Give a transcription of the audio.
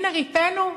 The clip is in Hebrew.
הנה, ריפאנו,